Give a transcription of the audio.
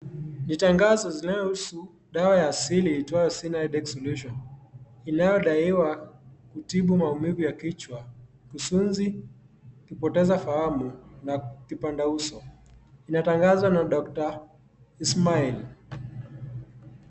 Ni tangazo zinayohusu dawa ya sili iitwayo Siha Headache Solution , inayo daiwa kutibu maumivu ya kichwa kufunzi ukipoteza fahamu ,na kipanda uso linatangazwa na Dr Ismael.